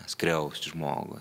skriausti žmogų